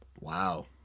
wow